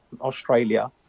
Australia